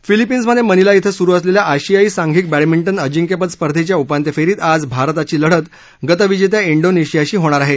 फिलिपीन्समध्ये Manila इथं स्रू असलेल्या आशियाई सांघिक बॅडमिंटन अजिंक्यपद स्पर्धेच्या उपांत्य फेरीत आज भारताची लढत गतविजेत्या इंडोनेशियाशी होणार आहे